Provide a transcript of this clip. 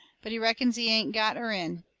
but he reckons he ain't got her in.